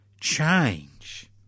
change